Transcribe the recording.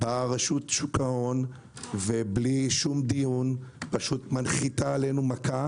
רשות שוק ההון בלי שום דיון מנחיתה עלינו מכה